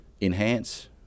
enhance